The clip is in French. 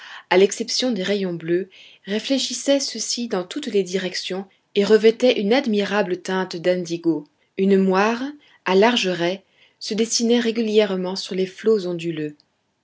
à l'exception des rayons bleus réfléchissait ceux-ci dans toutes les directions et revêtait une admirable teinte d'indigo une moire à larges raies se dessinait régulièrement sur les flots onduleux